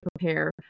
prepare